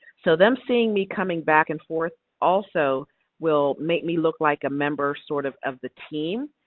so, them seeing me coming back and forth also will make me look like a member, sort of, of the team.